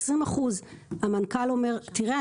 20%. המנכ"ל אומר: תראה,